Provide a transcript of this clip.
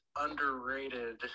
underrated